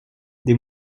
des